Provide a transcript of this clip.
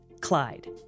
Clyde